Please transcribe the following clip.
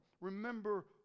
remember